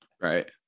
right